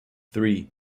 three